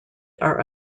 are